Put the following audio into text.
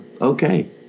okay